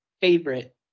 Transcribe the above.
favorite